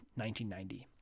1990